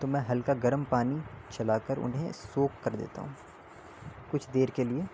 تو میں ہلکا گرم پانی چلا کر انہیں سوک کر دیتا ہوں کچھ دیر کے لیے